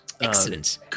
Excellent